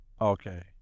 Okay